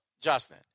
Justin